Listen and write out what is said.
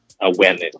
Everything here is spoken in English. awareness